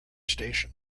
station